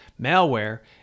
Malware